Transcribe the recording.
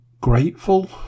grateful